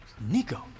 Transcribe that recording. Nico